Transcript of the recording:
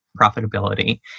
profitability